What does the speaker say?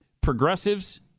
Progressives